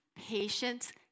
patience